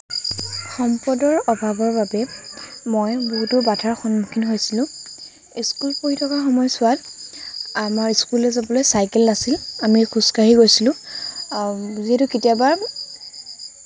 সম্পদৰ অভাৱৰ বাবে মই বহুতো বাধাৰ সন্মুখীন হৈছিলোঁ স্কুলত পঢ়ি থকা সময়ছোৱাত আমাৰ স্কুললৈ যাবলৈ চাইকেল নাছিল আমি খোজকাঢ়ি গৈছিলোঁ যিহেতু কেতিয়াবা